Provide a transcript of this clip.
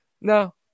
no